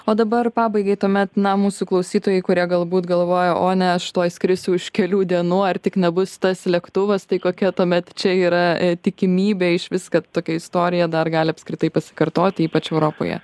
o dabar pabaigai tuomet na mūsų klausytojai kurie galbūt galvoja o ne aš tuoj skrisiu už kelių dienų ar tik nebus tas lėktuvas tai kokia tuomet čia yra tikimybė išvis kad tokia istorija dar gali apskritai pasikartoti ypač europoje